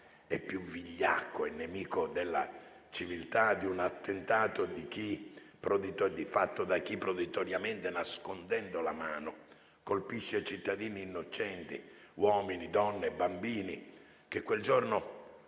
è più vigliacco e nemico della civiltà di un attentato fatto da chi proditoriamente, nascondendo la mano, colpisce cittadini innocenti, uomini, donne e bambini, che quel giorno